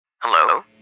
Hello